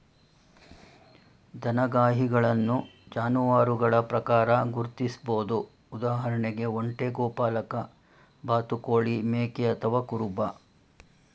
ದನಗಾಹಿಗಳನ್ನು ಜಾನುವಾರುಗಳ ಪ್ರಕಾರ ಗುರ್ತಿಸ್ಬೋದು ಉದಾಹರಣೆಗೆ ಒಂಟೆ ಗೋಪಾಲಕ ಬಾತುಕೋಳಿ ಮೇಕೆ ಅಥವಾ ಕುರುಬ